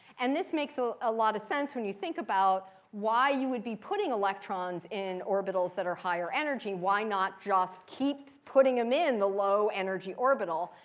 and this makes ah a lot of sense when you think about why you would be putting electrons in orbitals that are higher energy. why not just keep putting him in the low energy orbital?